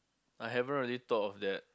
I haven't really thought of that